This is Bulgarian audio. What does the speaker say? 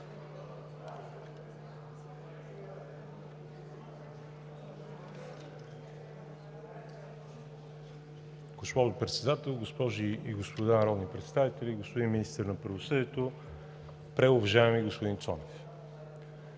госпожо Председател, госпожи и господа народни представители, господин Министър на правосъдието! Преуважаеми господин Цонев,